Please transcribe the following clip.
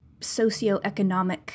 socioeconomic